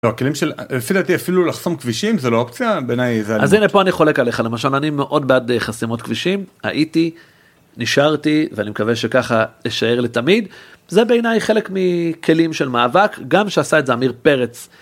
הכלים של לפי דעתי אפילו לחסום כבישים זה לא אופציה בעיניי זה אז הנה פה אני חולק עליך למשל אני מאוד בעד חסימות כבישים הייתי, נשארתי ואני מקווה שככה ישאר לתמיד זה בעיניי חלק מכלים של מאבק גם שעשה את זה אמיר פרץ.